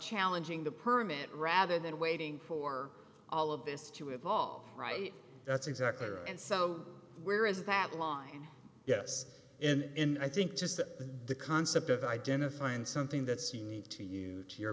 challenging the permit rather than waiting for all of this to evolve right that's exactly right and so where is that line yes and i think just the concept of identifying something that's unique to you to your